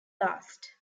last